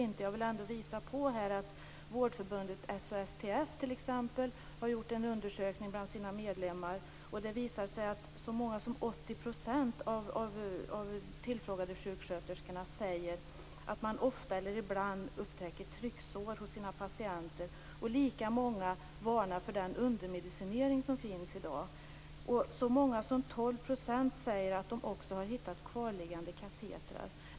Jag vill visa på den undersökning som vårdförbundet SHSTF har gjort bland sina medlemmar. Det visade sig att så många som 80 % av de tillfrågade sjuksköterskorna säger att de ofta eller ibland upptäcker trycksår hos sina patienter. Lika många varnar för den undermedicinering som sker i dag. Så många som 12 % säger att de också har hittat kvarliggande katetrar.